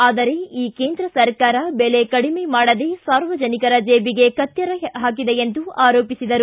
ಆದರೆ ಈ ಕೇಂದ್ರ ಸರಕಾರ ಬೆಲೆ ಕಡಿಮೆ ಮಾಡದೇ ಸಾರ್ವಜನಿಕರ ಜೇಬಿಗೆ ಕತ್ತರಿ ಹಾಕಿದೆ ಎಂದು ಆರೋಪಿಸಿದರು